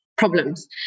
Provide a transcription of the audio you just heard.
Problems